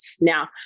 Now